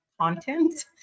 content